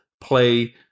play